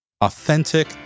authentic